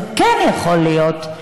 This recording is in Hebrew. זה כן יכול להיות.